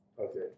okay